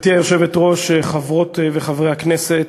גברתי היושבת-ראש, חברות וחברי הכנסת,